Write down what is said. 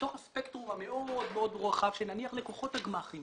בתוך הספקטרום המאוד מאוד רחב של נניח לקוחות הגמ"חים,